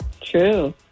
True